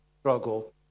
struggle